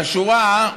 והשורה היא: